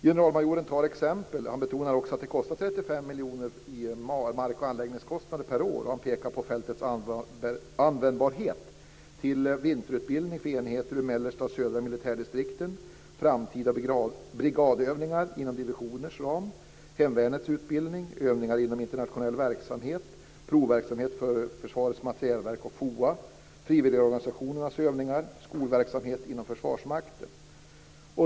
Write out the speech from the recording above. Generalmajoren betonar att det kostar 35 miljoner i mark och anläggningskostnader per år och han pekar på fältets användbarhet till vinterutbildning för enheter ur Mellersta och Södra Militärdistrikten, framtida brigadövningar inom divisioners ram, hemvärnets utbildning, övningar inom internationell verksamhet, provverksamhet för Försvarets materielverk och FOA, frivilligorganisationernas övningar och skolverksamhet inom Försvarsmakten.